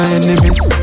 enemies